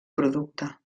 producte